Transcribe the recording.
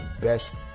best